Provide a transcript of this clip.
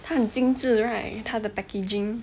他很精致 right 他的 packaging